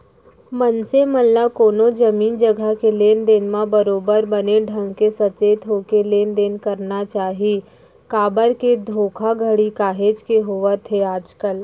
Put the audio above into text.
मनसे मन ल कोनो जमीन जघा के लेन देन म बरोबर बने ढंग के सचेत होके लेन देन करना चाही काबर के धोखाघड़ी काहेच के होवत हे आजकल